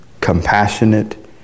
compassionate